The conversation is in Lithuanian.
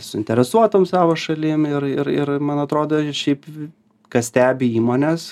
suinteresuotom savo šalim ir ir ir man atrodo ir šiaip kas stebi įmones